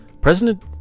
President